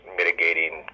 mitigating